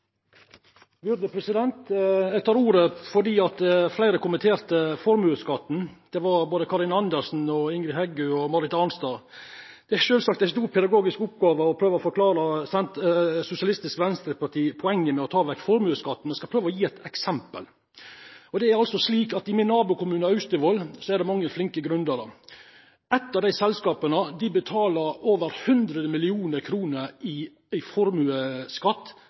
Eg tek ordet fordi fleire kommenterte formuesskatten, både Karin Andersen, Ingrid Heggø og Marit Arnstad. Det er sjølvsagt ei stor pedagogisk oppgåve å prøva å forklara Sosialistisk Venstreparti poenget med å ta vekk formuesskatten, men eg skal prøva å gje eit eksempel. I min nabokommune Austevoll er det mange flinke gründerar. Eitt av desse selskapa betalar over 100 mill. kr i